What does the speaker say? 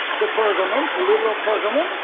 to pergamum to literal pergamum,